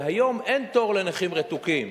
והיום אין תור לנכים רתוקים.